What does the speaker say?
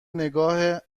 نگاه